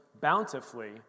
bountifully